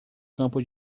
campo